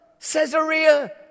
Caesarea